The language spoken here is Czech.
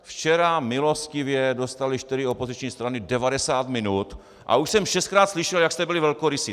Včera milostivě dostaly čtyři opoziční strany 90 minut a už jsem šestkrát slyšel, jak jste byli velkorysí.